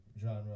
genre